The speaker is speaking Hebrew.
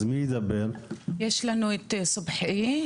יש לנו את סובחי,